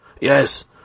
Yes